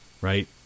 right